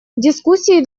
дискуссии